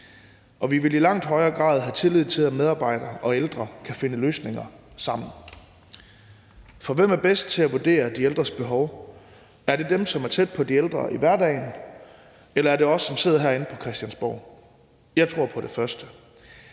og vi vil i langt højere grad have tillid til, at medarbejderne og de ældre kan finde løsninger sammen. For hvem er bedst til at vurdere de ældres behov? Er det dem, som er tæt på de ældre i hverdagen, eller er det os, som sidder herinde på Christiansborg? Jeg tror på det første.